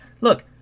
look